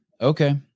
okay